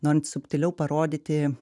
norint subtiliau parodyti